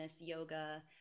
yoga